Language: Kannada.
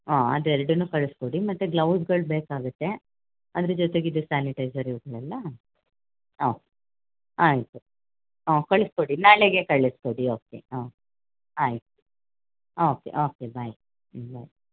ಹಾಂ ಅದು ಎರಡನ್ನೂ ಕಳಿಸ್ಕೊಡಿ ಮತ್ತು ಗ್ಲೌಸ್ಗಳು ಬೇಕಾಗುತ್ತೆ ಅದ್ರ ಜೊತೆಗೆ ಇದು ಸ್ಯಾನಿಟೈಸರ್ ಇವುಗಳೆಲ್ಲ ಹಾಂ ಆಯಿತು ಹಾಂ ಕಳಿಸ್ಕೊಡಿ ನಾಳೆಗೆ ಕಳಿಸ್ಕೊಡಿ ಓಕೆ ಹ್ಞೂ ಆಯಿತು ಓಕೆ ಓಕೆ ಬಾಯ್ ಹ್ಞೂ ಬಾಯ್